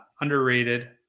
underrated